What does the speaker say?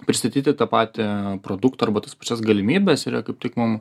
pristatyti tą patį produktą arba tas pačias galimybes ir jie kaip tik mum